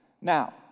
Now